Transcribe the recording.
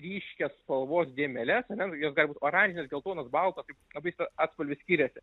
ryškias spalvos dėmeles ar ne jos gali būt oranžinės geltonos baltos kaip labai tas atspalvis skiriasi